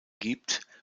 gibt